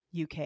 UK